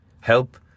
Help